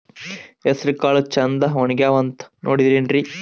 ಹೆಸರಕಾಳು ಛಂದ ಒಣಗ್ಯಾವಂತ ನೋಡಿದ್ರೆನ?